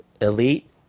Elite